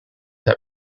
had